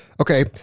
Okay